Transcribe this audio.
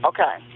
Okay